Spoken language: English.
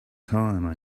time